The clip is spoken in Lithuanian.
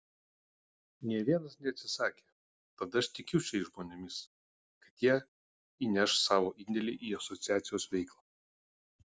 nė vienas neatsisakė tad aš tikiu šiais žmonėmis kad jie įneš savo indėlį į asociacijos veiklą